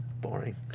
boring